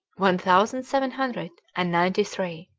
one thousand seven hundred and ninety three